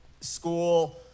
school